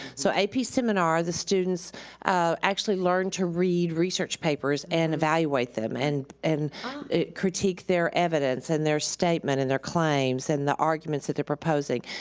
so ap seminar, the students actually learn to read research papers and evaluate them and and critique their evidence and their statement and their claims and the arguments that they're proposing.